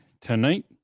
tonight